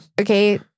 okay